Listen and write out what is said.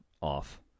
off